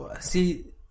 See